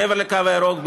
מעבר לקו הירוק,